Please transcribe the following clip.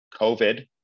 COVID